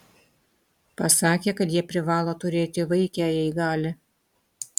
pasakė kad jie privalo turėti vaikę jei gali